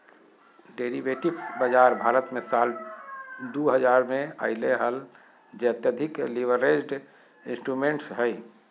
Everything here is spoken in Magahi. डेरिवेटिव्स बाजार भारत मे साल दु हजार मे अइले हल जे अत्यधिक लीवरेज्ड इंस्ट्रूमेंट्स हइ